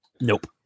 Nope